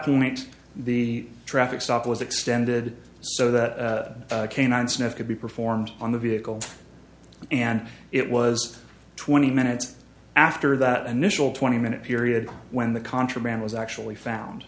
point the traffic stop was extended so that canine sniff could be performed on the vehicle and it was twenty minutes after that initial twenty minute period when the contraband was actually found